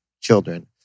children